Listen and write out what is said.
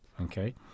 okay